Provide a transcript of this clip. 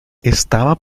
estaba